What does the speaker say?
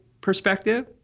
perspective